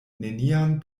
nenian